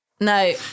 No